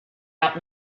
out